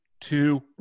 two